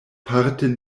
parte